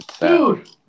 Dude